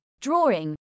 drawing